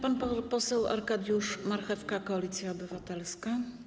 Pan poseł Arkadiusz Marchewka, Koalicja Obywatelska.